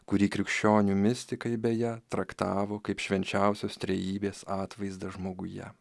kurį krikščionių mistikai beje traktavo kaip švenčiausios trejybės atvaizdą žmoguje